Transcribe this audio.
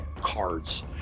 cards